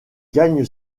gagne